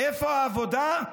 איפה העבודה?